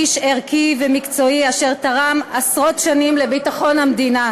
איש ערכי ומקצועי אשר תרם עשרות שנים לביטחון המדינה.